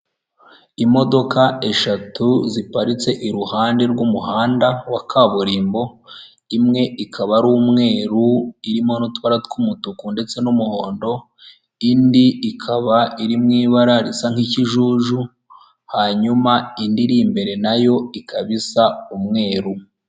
Imodoka eshatu ziparitse iruhande rw'umuhanda wa kaburimbo imwe ikaba ari umweru irimo n'utubara tw'umutuku ndetse n'umuhondo indi ikaba iri mu ibara risa nk'ikijuju hanyuma indi iri imbere nayo ikaba isa umweru.